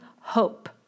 hope